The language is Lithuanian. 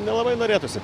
nelabai norėtųsi